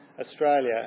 Australia